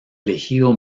elegido